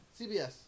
CBS